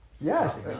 Yes